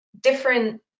different